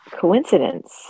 coincidence